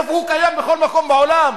איפה הוא קיים בכל מקום בעולם